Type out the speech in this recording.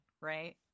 right